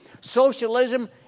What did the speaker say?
Socialism